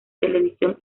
televisión